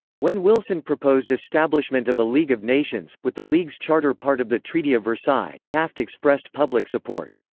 when wilson proposed establishment of a league of nations, with the league's charter part of the treaty of versailles, taft expressed public support.